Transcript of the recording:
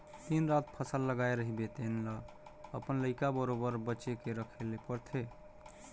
दिन रात फसल लगाए रहिबे तेन ल अपन लइका बरोबेर बचे के रखे ले परथे